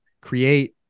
create